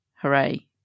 Hooray